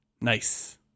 Nice